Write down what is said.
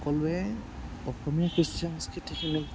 সকলোৱে অসমীয়া কৃষ্টি সংস্কৃতিখিনিক